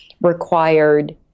required